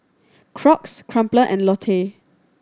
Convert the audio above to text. Crocs Crumpler and Lotte